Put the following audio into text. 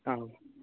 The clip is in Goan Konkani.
आं